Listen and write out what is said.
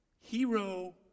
Hero